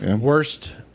Worst